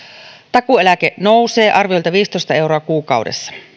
takuueläke nousee arviolta viisitoista euroa kuukaudessa